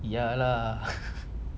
ya lah